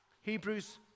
Hebrews